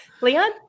Leon